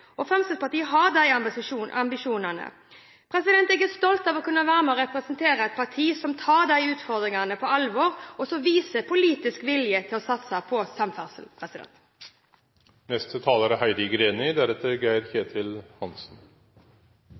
vilje. Fremskrittspartiet har de ambisjonene. Jeg er stolt over å kunne være med og representere et parti som tar disse utfordringene på alvor, og som viser politisk vilje til å satse på samferdsel.